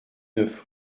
neuf